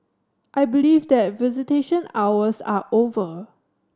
I believe that visitation hours are over